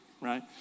right